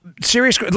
serious